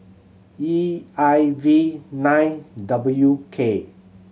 E I V nine W K